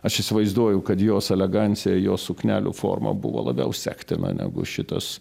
aš įsivaizduoju kad jos elegancija jos suknelių forma buvo labiau sektina negu šitas